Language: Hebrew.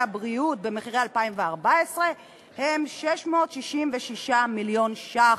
הבריאות במחירי 2014 הוא 666 מיליון ש"ח,